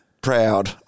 Proud